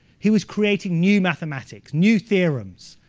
he was creating new mathematics, new theorems.